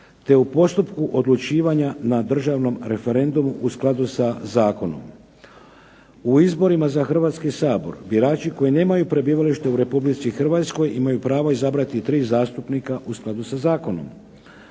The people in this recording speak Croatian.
te u postupku odlučivanja na državnom referendumu u skladu sa zakonom. U izborima za Hrvatski sabor birači koji nemaju prebivalište u Republici Hrvatskoj imaju pravo izabrati tri zastupnika u skladu sa zakonom.